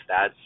stats